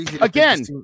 Again